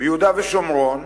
ביהודה ושומרון,